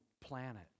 planet